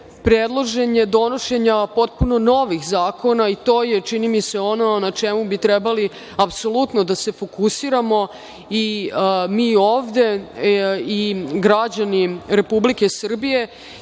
predlaganje donošenja potpuno novih zakona, i to je čini mi se ono na čemu bi trebali apsolutno da se fokusiramo i mi ovde i građani Republike Srbije,